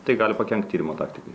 tai gali pakenkt tyrimo taktikai